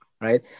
right